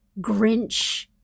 Grinch